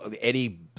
Eddie